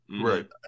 Right